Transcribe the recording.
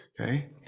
okay